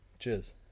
Cheers